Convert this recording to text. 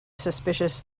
suspicious